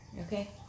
Okay